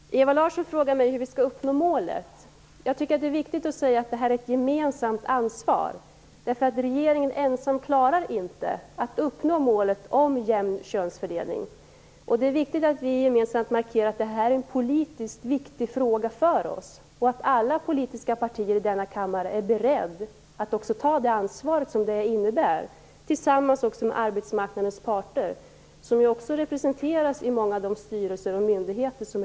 Herr talman! Ewa Larsson frågade mig hur vi skall uppnå målet. Det är ett gemensamt ansvar. Regeringen ensam klarar inte att uppnå målet om en jämn könsfördelning. Detta är en politiskt viktig fråga för oss. Alla politiska partier i denna kammare bör vara beredda att ta det ansvaret tillsammans med arbetsmarknadens parter, vilka också representeras i många styrelser och myndigheter.